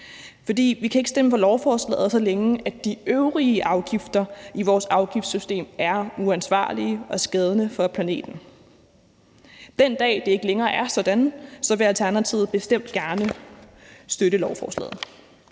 Vi kan ikke stemme for beslutningsforslaget, så længe de øvrige afgifter i vores afgiftssystem er uansvarlige og skadende for planeten. Den dag, det ikke længere er sådan, vil Alternativet bestemt gerne støtte beslutningsforslaget.